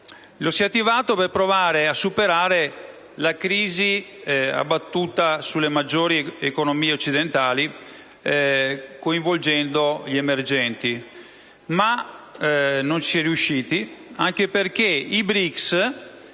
Lo si è attivato per provare a superare la crisi abbattutasi sulle maggiori economie occidentali coinvolgendo i Paesi emergenti. Non si è però riusciti nell'intento, anche perché i BRICS